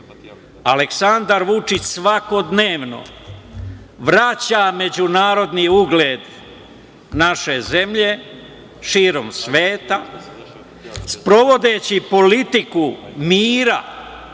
Aleksandar Vučić svakodnevno vraća međunarodni ugled naše zemlje širom sveta, sprovodeći politiku mira,